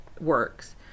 works